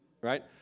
Right